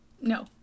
no